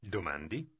Domandi